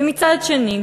ומצד שני,